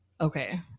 okay